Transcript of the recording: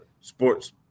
sports